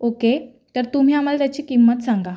okay तर तुम्ही आम्हाला त्याची किंमत सांगा